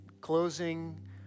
closing